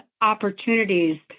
opportunities